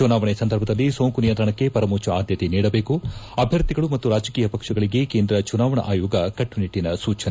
ಚುನಾವಣೆ ಸಂದರ್ಭದಲ್ಲಿ ಸೋಂಕು ನಿಯಂತ್ರಣಕ್ಕೆ ಪರಮೋಚ್ಲ ಆದ್ಯತೆ ನೀಡಬೇಕು ಅಭ್ಯರ್ಥಿಗಳು ಮತ್ತು ರಾಜಕೀಯ ಪಕ್ವಗಳಿಗೆ ಕೇಂದ್ರ ಚುನಾವಣಾ ಆಯೋಗ ಕಟ್ಟು ನಿಟ್ಟಿನ ಸೂಚನೆ